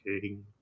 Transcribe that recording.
King